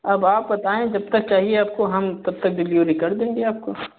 अब आप बताएँ जब तक चाहिए आपको हम तब तक डिलीवरी कर देंगे आपको